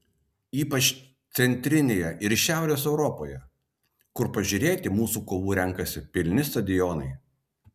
ypač centrinėje ir šiaurės europoje kur pažiūrėti mūsų kovų renkasi pilni stadionai